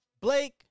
Blake